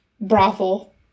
brothel